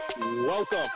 welcome